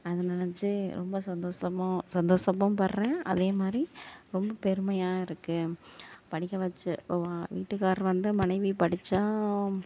அதை நினச்சி ரொம்ப சந்தோசமாக சந்தோசமும்படுறேன் அதே மாதிரி ரொம்ப பெருமையாக இருக்குது படிக்க வச்ச ஓன் வீட்டுக்கார் வந்து மனைவி படிச்சால்